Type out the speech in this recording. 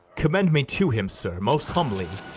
commend me to him, sir, most humbly,